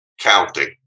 counting